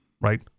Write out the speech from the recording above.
right